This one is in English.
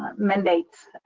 um mandate.